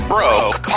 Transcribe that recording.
Broke